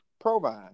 Provine